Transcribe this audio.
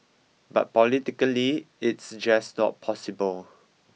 but politically it's just not possible